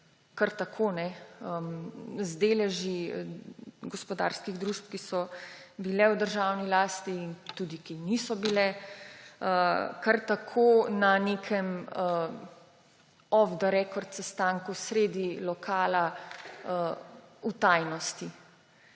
kar tako, z deleži gospodarskih družb, ki so bile v državni lasti, in tudi, ki niso bile, kar tako na nekem off the record sestanku sredi lokala v tajnosti.